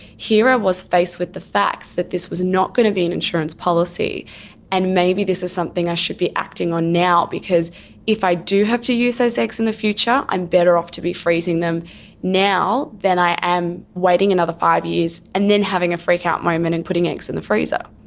here i was faced with the facts that this was not going to be an insurance policy and maybe this is something i should be acting on now because if i do have to use those eggs in the future, i'm better off to be freezing them now than i am waiting another five years and then having a freak-out moment and putting eggs in the freezer.